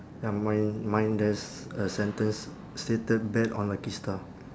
ya mine mine there's a sentence stated bet on lucky star